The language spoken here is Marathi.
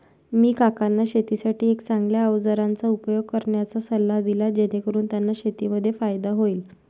मी काकांना शेतीसाठी एक चांगल्या अवजारांचा उपयोग करण्याचा सल्ला दिला, जेणेकरून त्यांना शेतीमध्ये फायदा होईल